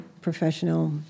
professional